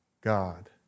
God